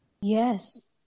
Yes